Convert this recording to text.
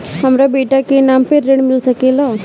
हमरा बेटा के नाम पर ऋण मिल सकेला?